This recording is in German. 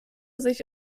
sich